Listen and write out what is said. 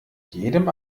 jedem